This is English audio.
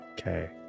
Okay